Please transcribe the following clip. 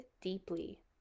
deeply